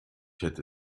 hätte